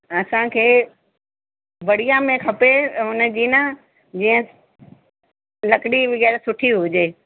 असांखे बढ़िया में खपे उनजी न जीअं लकिड़ी वगै़रह सुठी हुजे